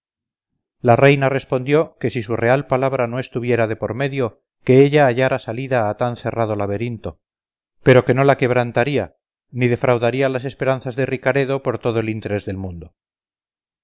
la reina respondió que si su real palabra no estuviera de por medio que ella hallara salida a tan cerrado laberinto pero que no la quebrantaría ni defraudaría las esperanzas de ricaredo por todo el interés del mundo